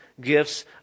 gifts